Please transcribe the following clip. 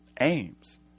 aims